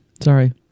Sorry